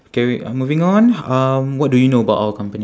carry uh moving on um what do you know about our company